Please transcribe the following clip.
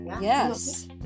Yes